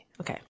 okay